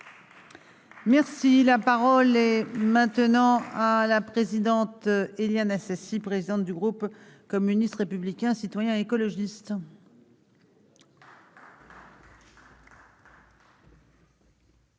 Merci, la parole est maintenant à la présidente : Éliane Assassi, présidente du groupe communiste, républicain, citoyen et écologiste.